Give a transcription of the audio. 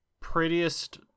prettiest